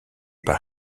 par